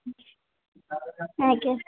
ଆଜ୍ଞା